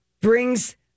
Brings